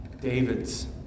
David's